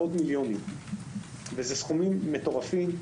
אלה סכומים מטורפים.